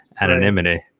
anonymity